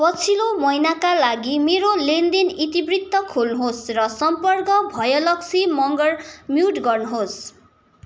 पछिल्लो महिनाका लागि मेरो लेनदेन इतिवृत्त खोल्नुहोस् र सम्पर्क भयलक्षी मँगर म्युट गर्नुहोस्